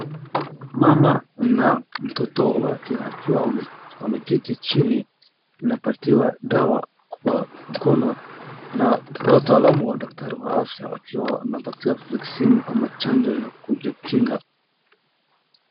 Mama na mtoto wake wakiwa wameketi chini anapatiwa dawa kwa mkono na wataalam wa daktari wa afya wakiwa wanapatia vaccine ama chanjo ya kujikinga.